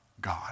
God